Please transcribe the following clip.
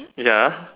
ya